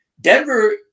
Denver